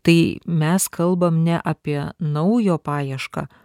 tai mes kalbam ne apie naujo paiešką